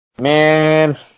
Man